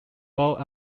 both